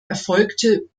erfolgte